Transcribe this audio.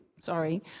sorry